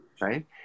right